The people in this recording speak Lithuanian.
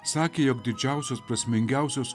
sakė jog didžiausios prasmingiausios